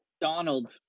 Donald